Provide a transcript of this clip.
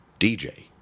DJ